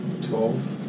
Twelve